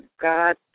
God